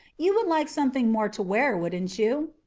you would like something more to wear, wouldn't you?